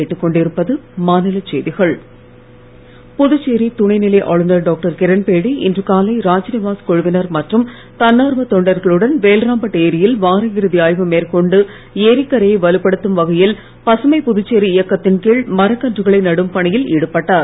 கிரண்பேடி புதுச்சேரி துணை நிலை ஆளுநர் டாக்டர் கிரண்பேடி இன்று காலை ராஜ்நிவாஸ் குழுவினர் மற்றும் தன்னார்வ தொண்டர்களுடன் வேல்ராம்பட் ஏரியில் வார இறுதி ஆய்வு மேற்கொண்டு ஏரிக்கரையை வலுப்படுத்தும் வகையில் பசுமைப் புதுச்சேரி இயக்கத்தின் கீழ் மரக்கன்றுகளை நடும் பணியில் ஈடுபட்டார்